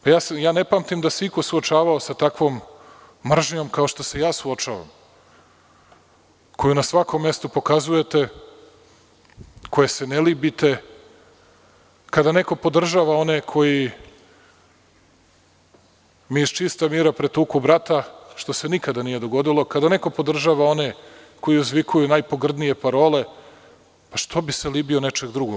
Ne pamtim da se iko suočavao sa takvom mržnjom kao što se ja suočavam, koju na svakom mestu pokazujete, koje se ne libite i kada neko podržava one koji mi iz čistog mira pretuku brata, što se nikada nije dogodilo, kada neko podržava one koji uzvikuju najpogrdnije parole, pa što bi se libio nečeg drugog?